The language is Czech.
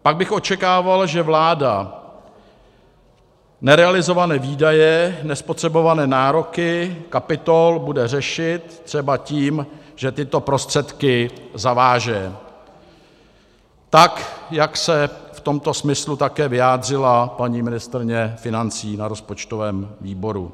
Pak bych očekával, že vláda nerealizované výdaje, nespotřebované nároky kapitol bude řešit třeba tím, že tyto prostředky zaváže, tak jak se v tomto smyslu také vyjádřila paní ministryně financí na rozpočtovém výboru.